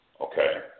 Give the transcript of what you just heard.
Okay